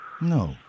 No